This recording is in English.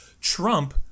Trump